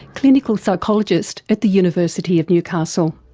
clinical psychologist at the university of newcastle.